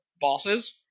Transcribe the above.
bosses